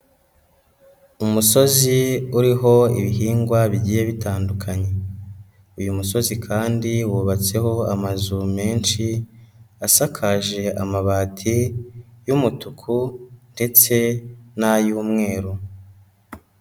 Umusozi uriho ibihingwa bigiye bitandukanye, uyu musozi kandi wubatseho amazu menshi asakaje amabati y'umutuku ndetse n'ay'umweru.